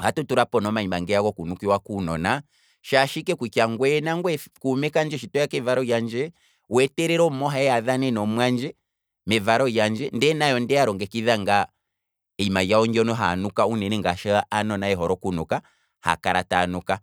Ohatu tulapo nee omayima ngeya goku nukiwa kuunona, shaashi ike kutya ngwee nangwe kuume kandje, shi toya kevalo lyandje, wee telele omumohe eye adhane nomumwandje mevalo lyandje, nayo ondeya longekidha ngaa eyima lyawo ndono haantuka uunene ngaashi aanona yehole okunuka, haa kala taya nuka.